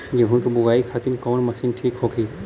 गेहूँ के बुआई खातिन कवन मशीन ठीक होखि?